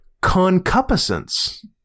concupiscence